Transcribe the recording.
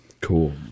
Cool